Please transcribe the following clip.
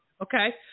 Okay